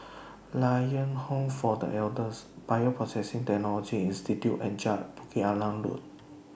Lions Home For The Elders Bioprocessing Technology Institute and Bukit Arang Road